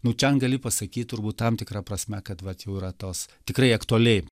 nu ten gali pasakyt turbūt tam tikra prasme kad vat jau yra tos tikrai aktualiai